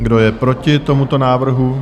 Kdo je proti tomuto návrhu?